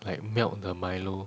like melt the Milo